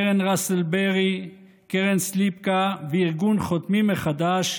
קרן ראסל ברי, קרן סליפקא וארגון חותמים מחדש,